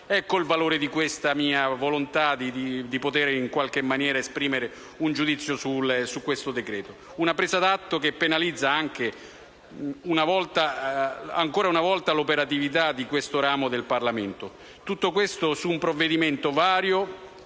Ecco il valore di questa mia volontà di potere esprimere, in qualche maniera, un giudizio su questo decreto-legge. Una presa d'atto che penalizza, ancora una volta, l'operatività di questo ramo del Parlamento. Tutto questo su un provvedimento vario